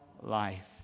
life